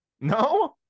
No